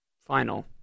final